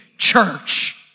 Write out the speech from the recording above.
Church